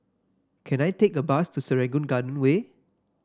can I take a bus to Serangoon Garden Way